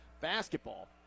basketball